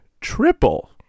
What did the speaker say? triple